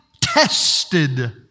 tested